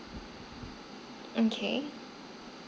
okay